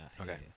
Okay